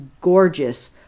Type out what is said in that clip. gorgeous